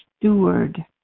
steward